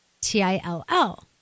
t-i-l-l